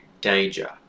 danger